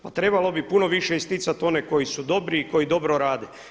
Pa trebalo bi puno više isticati one koji su dobri i koji dobro rade.